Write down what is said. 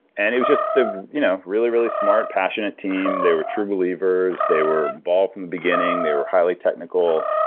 and it was just the you know really, really smart passionate team. they were true believers. they were ball from the beginning. they were high like technical.